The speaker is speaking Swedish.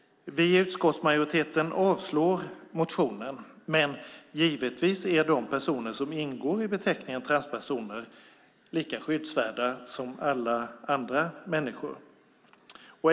Vi i utskottsmajoriteten avslår motionen. De personer som ingår i beteckningen transpersoner är givetvis lika skyddsvärda som alla andra människor.